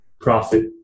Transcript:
profit